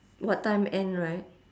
what time end right